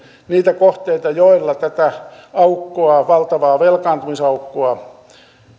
niitä kohteita joilla tätä valtavaa velkaantumisaukkoa